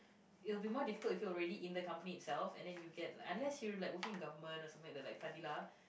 you will be more difficult if you already in a company itself and then you get like unless you like working in government or something like Fadilah